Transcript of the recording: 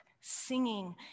singing